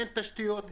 אין תשתיות,